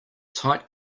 tight